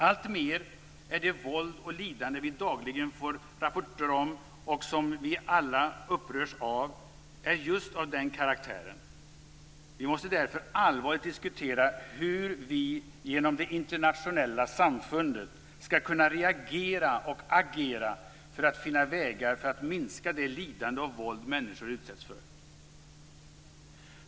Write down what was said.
Alltmer av det våld och lidande vi dagligen får rapporter om, och som vi alla upprörs av, är just av den karaktären. Vi måste därför allvarligt diskutera hur vi genom det internationella samfundet skall kunna reagera och agera för att finna vägar för att minska det lidande och våld människor utsätts för.